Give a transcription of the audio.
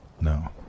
No